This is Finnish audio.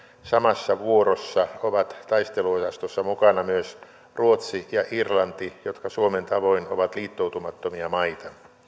samassa vuorossa ovat taisteluosastossa mukana myös ruotsi ja irlanti jotka suomen tavoin ovat liittoutumattomia maita